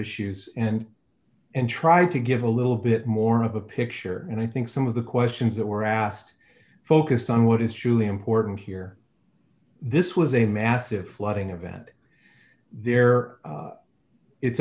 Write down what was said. issues and and try to give a little bit more of a picture and i think some of the questions that were asked focus on what is truly important here this was a massive flooding event there